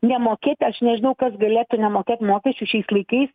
nemokėti aš nežinau kas galėtų nemokėt mokesčių šiais laikais